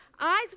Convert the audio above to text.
eyes